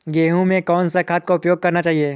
गेहूँ में कौन सा खाद का उपयोग करना चाहिए?